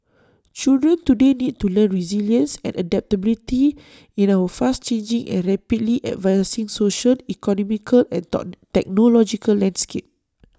children today need to learn resilience and adaptability in our fast changing and rapidly advancing social economical and taught technological landscape